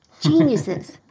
geniuses